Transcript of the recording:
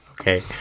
Okay